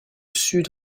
sud